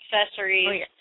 accessories